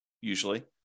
usually